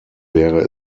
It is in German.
wäre